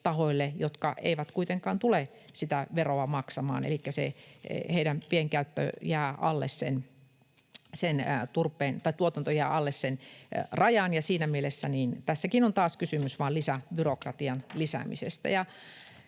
tahoille, jotka eivät kuitenkaan tule sitä veroa maksamaan elikkä joiden tuotanto jää alle sen rajan. Siinä mielessä tässäkin on taas kysymys vain byrokratian lisäämisestä.